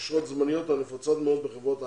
אשרות זמניות הנפוצות מאוד בחברות הייטק.